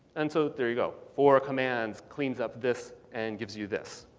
and so there you go. four commands cleans up this and gives you this.